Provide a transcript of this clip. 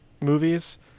movies